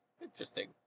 Interesting